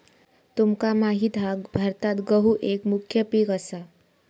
तुमका माहित हा भारतात गहु एक मुख्य पीक असा